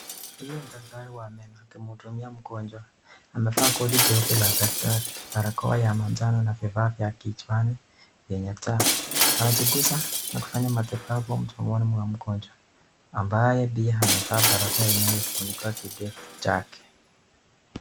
Huyu ni daktari wa meno akimhudumia mgonjwa. Amevaa koti jeupe la daktari, barakoa ya manjano na vifaa vya kichwani vyenye taa. Anachunguza na kufanya matibabu mdomoni mwa mgonjwa, ambaye pia amevaa barakoa inayofunika kidefu chake.